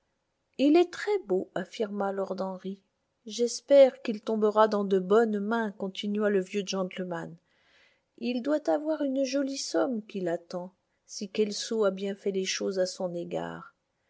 il est très beau affirma lord henry j'espère qu'il tombera dans de bonnes mains continua le vieux gentleman il doit avoir une jolie somme qui l'attend si kelso a bien fait les choses à son égard